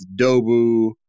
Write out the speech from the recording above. Dobu